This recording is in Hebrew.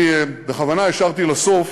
אני בכוונה השארתי לסוף